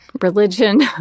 religion